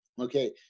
okay